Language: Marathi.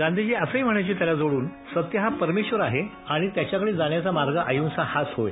गांधीजी असंही म्हणायचे त्याला जोड्रन सत्य हा परमेश्वर आहे आणि त्याच्याकडे जाण्याचा मार्ग अहिंसा हाच होय